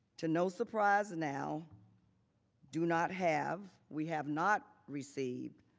to no surprise now do not have. we have not received